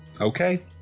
Okay